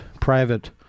private